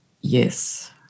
Yes